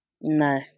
No